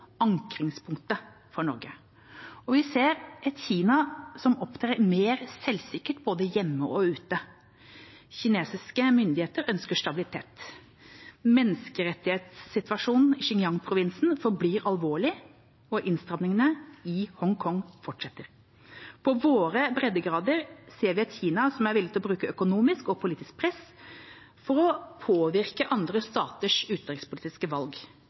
ankringspunktet for Norge. Vi ser et Kina som opptrer mer selvsikkert både hjemme og ute. Kinesiske myndigheter ønsker stabilitet. Menneskerettighetssituasjonen i Xinjiang-provinsen forblir alvorlig, og innstramningene i Hongkong fortsetter. På våre breddegrader ser vi et Kina som er villig til å bruke økonomisk og politisk press for å påvirke andre staters utenrikspolitiske valg.